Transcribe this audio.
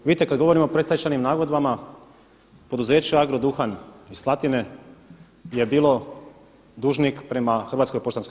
Vidite, kada govorim o predstečajnim nagodbama poduzeća Agroduhan iz Slaatine je bilo dužnik prema HPB-u.